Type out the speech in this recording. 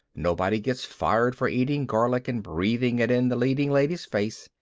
nobody gets fired for eating garlic and breathing it in the leading lady's face.